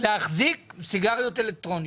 להחזיק סיגריות אלקטרוניות,